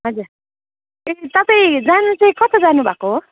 हजुर ए तपाईँ जानु चाहिँ कता जानु भएको हो